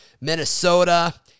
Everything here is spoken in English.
Minnesota